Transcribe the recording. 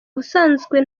ubusanzwe